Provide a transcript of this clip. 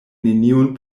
neniun